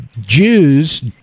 Jews